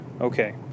Okay